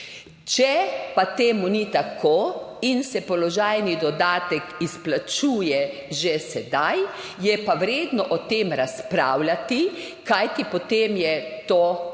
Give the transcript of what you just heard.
Če to ni tako in se položajni dodatek izplačuje že sedaj, je pa vredno o tem razpravljati, kajti potem je to samo